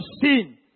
sin